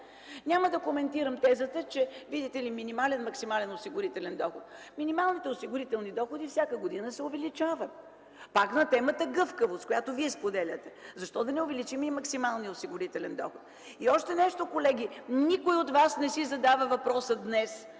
Няма да коментирам тезата: видите ли, минимален, максимален осигурителен доход – минималните осигурителни доходи всяка година се увеличават. Пак – на темата гъвкавост, която вие споделяте. Защо да не увеличим и максималния осигурителен доход? Още нещо, колеги. Никой от вас днес не си задава въпроса: